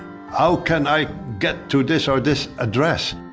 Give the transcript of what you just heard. how can i get to this or this address?